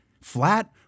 flat